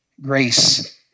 Grace